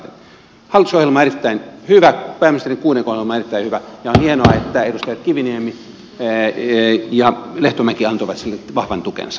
hallitusohjelma on erittäin hyvä pääministerin kuuden kohdan ohjelma on erittäin hyvä ja on hienoa että edustajat kiviniemi ja lehtomäki antoivat sille vahvan tukensa